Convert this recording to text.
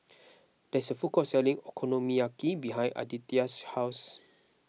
there is a food court selling Okonomiyaki behind Aditya's house